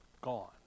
Gone